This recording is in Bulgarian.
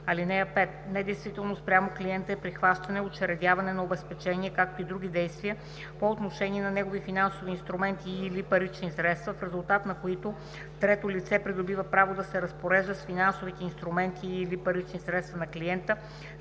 (5) Недействително спрямо клиента е прихващане, учредяване на обезпечение, както и други действия по отношение на негови финансови инструменти и/или парични средства, в резултат на които трето лице придобива право да се разпорежда с финансовите инструменти и/или парични средства на клиента,